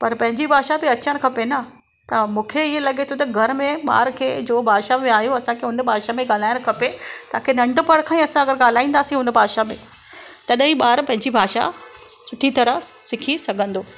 पर पंहिंजी भाषा बि अचणु खपे न त मूंखे इअं लॻे थो त घर में ॿार खे जो भाषा में आहियूं असांखे उन भाषा में ॻाल्हाइणु खपे ताकी नढपिणु खां ई असां ॻाल्हाईंदासीं उन भाषा में तॾहिं ई ॿारु पंहिंजी भाषा सुठी तरह सिखी सघंदो